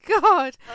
God